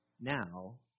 now